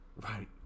right